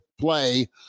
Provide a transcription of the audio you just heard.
Play